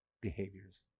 behaviors